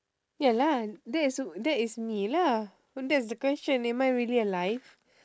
ya lah that is that is me lah that's the question am I really alive